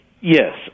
Yes